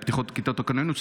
כיתות הכוננות,